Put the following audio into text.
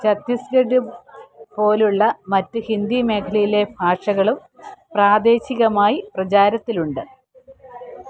ഛത്തീസ്ഗഡ് പോലുള്ള മറ്റ് ഹിന്ദി മേഖലയിലെ ഭാഷകളും പ്രാദേശികമായി പ്രചാരത്തിലുണ്ട്